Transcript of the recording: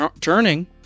turning